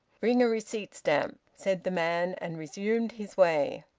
bring a receipt stamp, said the man, and resumed his way.